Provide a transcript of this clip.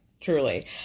truly